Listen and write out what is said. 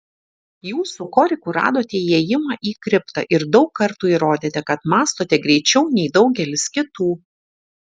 jūs su koriku radote įėjimą į kriptą ir daug kartų įrodėte kad mąstote greičiau nei daugelis kitų